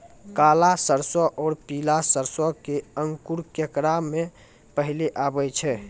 काला सरसो और पीला सरसो मे अंकुर केकरा मे पहले आबै छै?